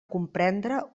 comprendre